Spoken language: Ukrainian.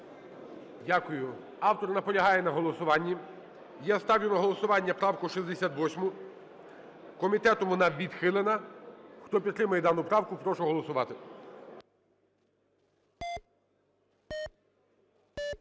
Дякую. Автор наполягає на голосуванні. Я ставлю на голосування правку 68-у. Комітетом вона відхилена. Хто підтримує дану правку, прошу голосувати.